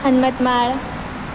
હનમત માળ